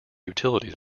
utilities